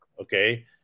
okay